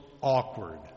awkward